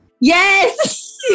Yes